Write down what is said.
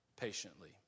patiently